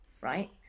right